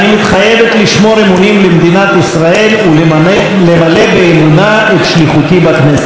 אני מתחייבת לשמור אמונים למדינת ישראל ולמלא באמונה את שליחותי בכנסת.